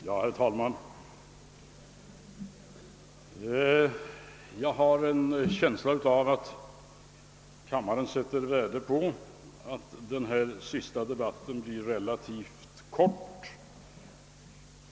Herr talman! Jag har en känsla av att kammaren sätter värde på att den här sista debatten blir relativt kort.